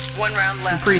one round left,